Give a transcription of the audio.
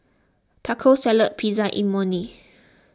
Taco Salad Pizza and Imoni